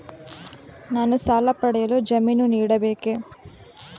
ನಾನು ಸಾಲ ಪಡೆಯಲು ಜಾಮೀನು ನೀಡಬೇಕೇ?